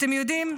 אתם יודעים,